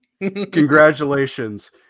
Congratulations